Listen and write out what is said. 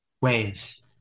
ways